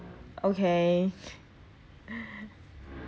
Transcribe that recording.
okay